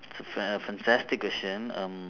it's a fan~ a fantastic question um